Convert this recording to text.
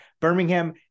Birmingham